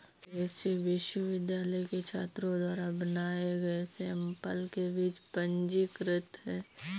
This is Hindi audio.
कृषि विश्वविद्यालय के छात्रों द्वारा बनाए गए सैंपल के बीज पंजीकृत हैं